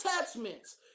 attachments